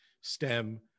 stem